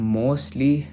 mostly